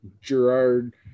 Gerard